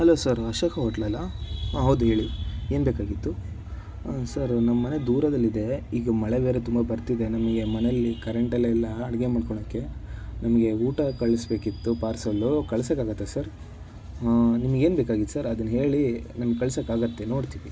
hello sir Ashoka ಹೋಟ್ಲಲ್ಲಾ ಹಾಂ ಹೌದು ಹೇಳಿ ಏನು ಬೇಕಾಗಿತ್ತು ಸರ್ ನಮ್ಮ ಮನೆ ದೂರದಲ್ಲಿದೆ ಈಗ ಮಳೆ ಬೇರೆ ತುಂಬ ಬರ್ತಿದೆ ನಮಗೆ ಮನೆಯಲ್ಲಿ ಕರೆಂಟೆಲ್ಲ ಇಲ್ಲ ಅಡಿಗೆ ಮಾಡ್ಕೊಳಕೆ ನಮಗೆ ಊಟ ಕಳಿಸಬೇಕಿತ್ತು ಪಾರ್ಸೆಲು ಕಳ್ಸಕ್ಕಾಗತ್ತಾ ಸರ್ ನಿಮಗೇನು ಬೇಕಾಗಿತ್ತು ಸರ್ ಅದನ್ನು ಹೇಳಿ ನಮಗೆ ಕಳ್ಸಕ್ಕಾಗತ್ತಾ ನೋಡ್ತೀವಿ